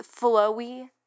flowy